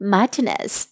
Martinez